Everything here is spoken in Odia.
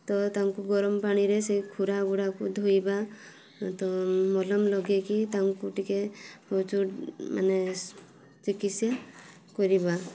ତ ତାଙ୍କୁ ଗରମ ପାଣିରେ ସେ ଖୁରା ଗୁଡ଼ାକୁ ଧୋଇବା ତ ମଲମ ଲଗେଇକି ତାଙ୍କୁ ଟିକିଏ ମାନେ ଚିକିତ୍ସା କରିବା